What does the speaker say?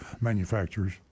manufacturers